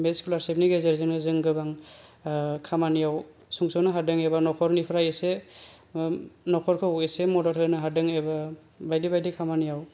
बे स्किलारसिपनि गेजेरजोंनो जों गोबां खामानिआव सुंस'नो हादों एबा न'खरनिफ्राय एसे न'खरखौ एसे मदद होनो हादों एबा बायदि बायदि खामानिआव